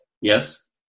Yes